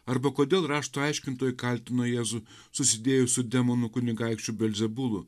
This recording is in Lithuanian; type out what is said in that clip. arba kodėl rašto aiškintojai kaltino jėzų susidėjus su demonų kunigaikščiu belzebulu